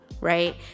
right